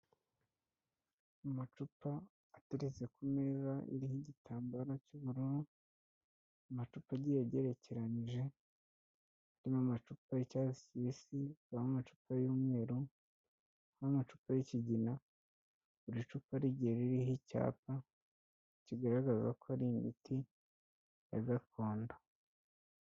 Amacupa ateretse ku meza iriho igitambaro cy'ubururu. Amacupa agiye agerekeranije, harimo amacupa y'icyatsi kibisi, amacupa y'umweru n'amacupa y'ikigina. Buri cupa rigiye ririho icyapa kigaragaza ko ari imiti ya gakondo.